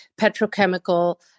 petrochemical